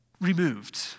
removed